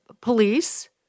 police